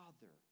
father